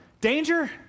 Danger